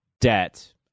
debt